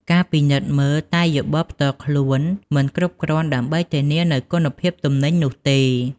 ការពិនិត្យមើលតែយោបល់ផ្ទាល់ខ្លួនមិនគ្រប់គ្រាន់ដើម្បីធានានូវគុណភាពទំនិញនោះទេ។